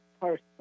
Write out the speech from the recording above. person